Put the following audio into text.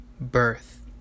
Birth